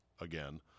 again